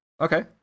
okay